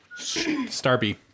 Starby